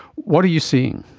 what are you seeing?